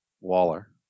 Waller